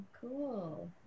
Cool